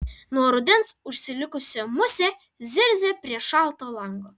nuo rudens užsilikusi musė zirzia prie šalto lango